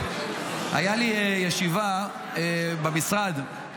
הייתה לי ישיבה משמעותית במשרד.